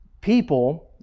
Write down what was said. people